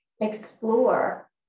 explore